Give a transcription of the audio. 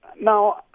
Now